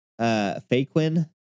Faquin